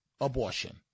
abortion